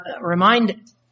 remind